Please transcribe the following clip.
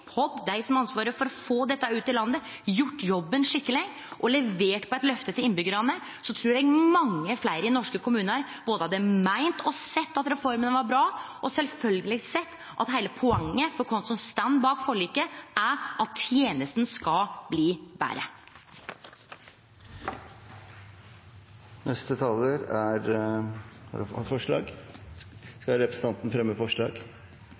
og dei som har ansvaret for å få dette ut i landet, hadde gjort jobben skikkeleg og levert på eit løfte til innbyggjarane, ville mange fleire i norske kommunar både ha meint og sett at reforma var bra – og sjølvsagt sett at heile poenget for oss som står bak forliket, er at tenesta skal bli